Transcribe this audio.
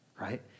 right